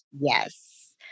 Yes